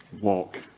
Walk